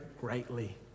greatly